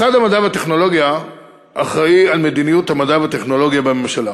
משרד המדע והטכנולוגיה אחראי למדיניות המדע והטכנולוגיה בממשלה.